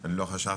אני לא חשבתי